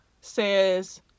says